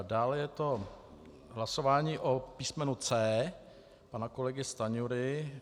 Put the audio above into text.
Dále je to hlasování o písmenu C pana kolegy Stanjury.